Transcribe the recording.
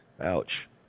ouch